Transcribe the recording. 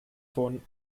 vorn